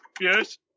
Yes